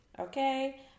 Okay